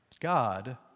God